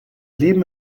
leben